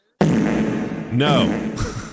No